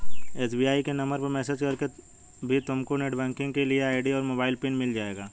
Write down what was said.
SBI के number पर message करके भी तुमको नेटबैंकिंग के लिए आई.डी और मोबाइल पिन मिल जाएगा